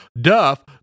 Duff